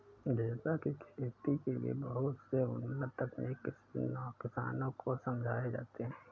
गेंदा की खेती के लिए बहुत से उन्नत तकनीक किसानों को समझाए जाते हैं